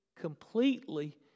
completely